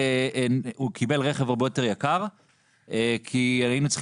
הוא קיבל רכב הרבה יותר יקר כי היינו צריכים